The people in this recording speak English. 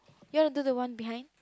you want to do the one behind